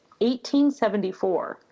1874